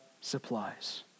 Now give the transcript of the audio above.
supplies